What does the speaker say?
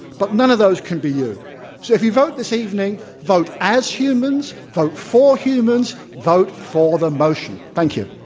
but none of those can be you. so if you vote this evening, vote as humans, vote for humans, vote for the motion. thank you.